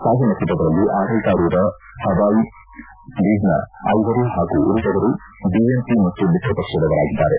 ಸಾವನ್ನಪ್ಪಿದವರಲ್ಲಿ ಆಡಳಿತಾರೂಢ ಹವಾಮಿ ಲೀಗ್ನ ಐವರು ಹಾಗೂ ಉಳಿದವರು ಬಿಎನ್ಪಿ ಮತ್ತು ಮಿತ್ರಪಕ್ಷದವರಾಗಿದ್ದಾರೆ